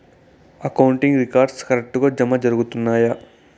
accounting records కరెక్టుగా జరుగుతున్నాయా